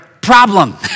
problem